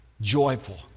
joyful